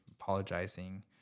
apologizing